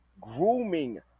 grooming